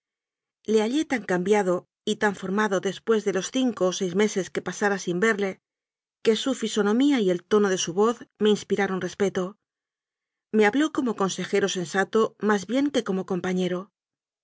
hallé tan cambiado y tan formado después de los cinco o seis meses que pasara sin verle que su fisonomía y el tono de su voz me inspiraron respeto me ha bló como consejero sensato más bien que como compañero